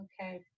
okay